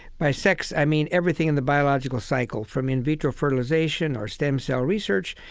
by sex, i mean everything in the biological cycle, from in vitro fertilization or stem cell research,